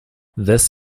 this